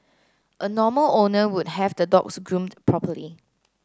a normal owner would have the dogs groomed properly